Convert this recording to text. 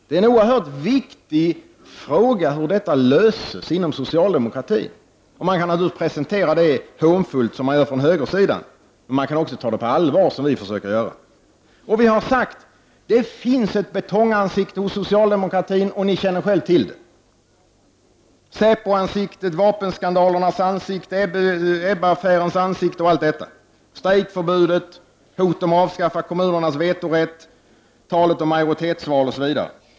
Det är en oerhört viktig fråga hur detta löses inom socialdemokratin. Man kan naturligtvis presentera det problemet på ett hånfullt sätt, som moderaterna gör, men man kan också söka ta det på allvar, som vi försöker göra. Vi har sagt att det finns ett betongansikte hos socialdemokraterna, och ni känner själva till det: säpoansiktet, vapenskandalernas ansikte, Ebbe-affärens ansikte, strejkförbudet, hotet om avskaffande av kommunernas vetorätt, talet om majoritetsval osv.